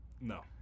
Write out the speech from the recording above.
No